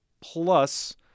Plus